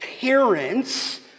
parents